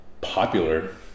popular